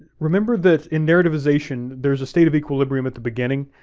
remember that in narrativization, there's a state of equilibrium at the beginning,